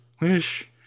Wish